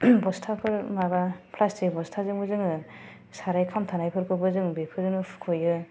बस्थाफोर माबा प्लासथिक बस्थाजोंबो जोङो साराय खामथाम नायखौबो जों बेफोरजों फुखयो